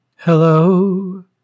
Hello